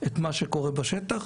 את מה שקורה בשטח.